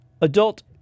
Adult